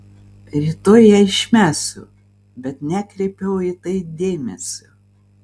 rytoj ją išmesiu bet nekreipiau į tai dėmesio